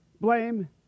blame